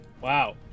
Wow